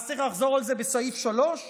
צריך לחזור על זה בסעיף 3?